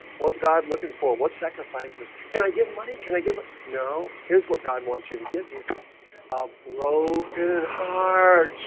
what god looking for what sacrifices can i give money can i give it no here's what god wants you to give you a ah broken heart